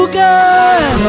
good